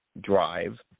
drive